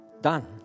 Done